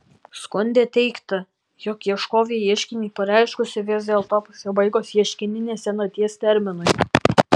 skunde teigta jog ieškovė ieškinį pareiškusi vis dėlto pasibaigus ieškininės senaties terminui